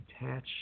attach